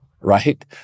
Right